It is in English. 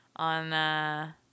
On